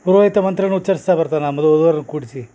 ಪುರೋಹಿತ ಮಂತ್ರನ ಉಚ್ಛರ್ಸ್ತಾ ಬರ್ತಾನ ಮಧು ವಧು ವರರನ್ನ ಕೂಡ್ಸಿ